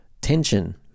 Tension